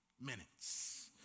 minutes